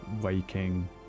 waking